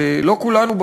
שלא כולנו,